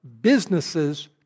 businesses